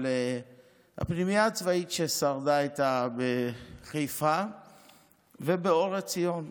אבל הפנימיות הצבאיות ששרדו היו בחיפה ואור עציון.